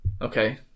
Okay